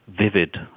vivid